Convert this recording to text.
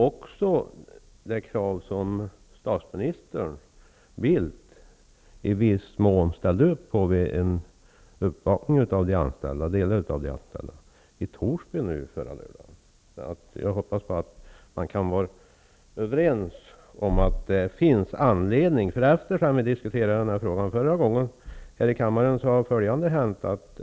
Dessutom har statsminister Carl Bildt i viss mån ställt upp på det kravet vid en uppvaktning som några av de anställda gjorde i Torsby förra lördagen. Jag hoppas således att det råder enighet om att det finns anledning att göra något här. Sedan vi förra gången diskuterade frågan här i kammaren har saker hänt.